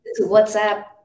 WhatsApp